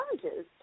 challenges